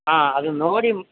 ಹಾಂ ಅದು ನೋಡಿ